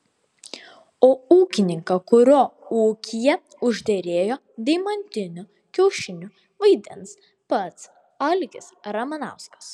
o ūkininką kurio ūkyje užderėjo deimantinių kiaušinių vaidins pats algis ramanauskas